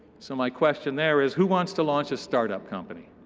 so my question there is, who wants to launch a startup company?